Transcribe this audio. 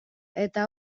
eta